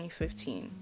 2015